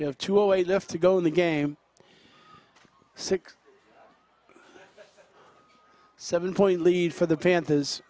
you have to a left to go in the game six seven point lead for the panthers